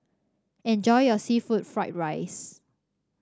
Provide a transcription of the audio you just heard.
enjoy your seafood Fried Rice